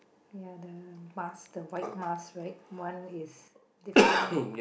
ya the mask the white mask right one is different